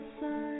side